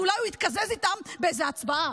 כי אולי הוא יתקזז איתם באיזה הצבעה.